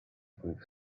brief